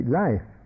life